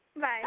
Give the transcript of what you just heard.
Bye